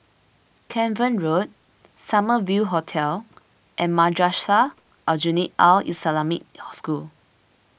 Cavan Road Summer View Hotel and Madrasah Aljunied Al Islamic School